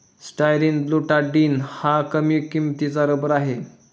styrene butadiene हा कमी किंमतीचा रबर आहे